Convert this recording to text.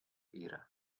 era